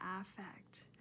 affect